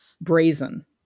brazen